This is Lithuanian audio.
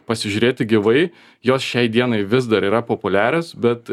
pasižiūrėti gyvai jos šiai dienai vis dar yra populiarios bet